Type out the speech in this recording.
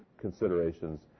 considerations